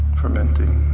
fermenting